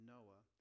Noah